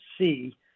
see